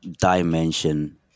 dimension